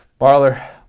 Barler